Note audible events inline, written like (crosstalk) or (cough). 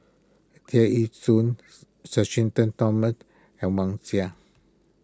Tear Ee Soon (unintelligible) Sir Shenton Thomas and Wang Sha